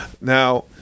Now